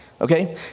Okay